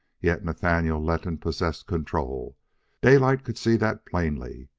yet nathaniel letton possessed control daylight could see that plainly.